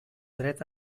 dret